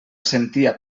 sentia